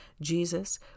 Jesus